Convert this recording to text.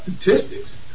statistics